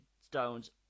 stones